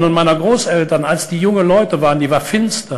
ולעשות הכול כדי שלילדיהם יהיה עתיד טוב